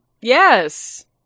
Yes